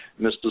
Mr